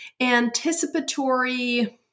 anticipatory